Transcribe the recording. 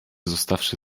zostawszy